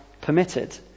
permitted